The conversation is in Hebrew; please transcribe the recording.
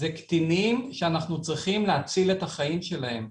זה קטינים שאנחנו צריכים להציל את החיים שלהם,